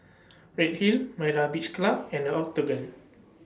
Redhill Myra's Beach Club and The Octagon